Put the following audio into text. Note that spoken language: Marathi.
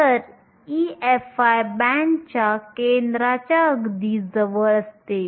तर EFi बँडच्या केंद्राच्या अगदी जवळ असते